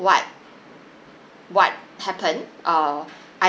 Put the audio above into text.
what what happened err I